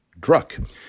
Druck